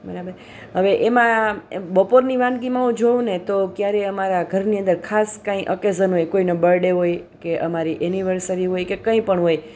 બરાબર હવે એમાં બપોરની વાનગીમાં હું જોઉંને તો ક્યારે અમારા ઘરની અંદર ખાસ કંઈ ઓકેશન હોય કોઈનો બર્થડે હોય કે અમારી એનિવર્સરી હોય કે કંઈ પણ હોય